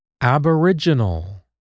Aboriginal